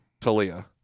Talia